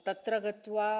तत्र गत्वा